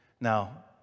Now